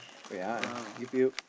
wait ah I give you